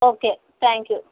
okay thank you